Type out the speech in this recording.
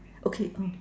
okay um